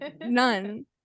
none